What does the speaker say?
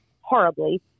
horribly